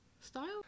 style